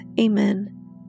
Amen